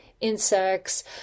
insects